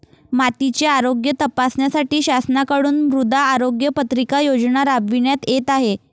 मातीचे आरोग्य तपासण्यासाठी शासनाकडून मृदा आरोग्य पत्रिका योजना राबविण्यात येत आहे